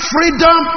Freedom